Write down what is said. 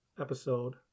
episode